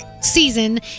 Season